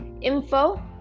info